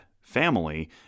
family